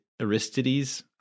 Aristides